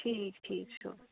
ٹھیٖک ٹھیٖک چھُ